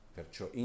Perciò